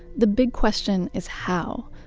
the big question is how?